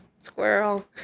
Squirrel